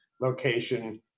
location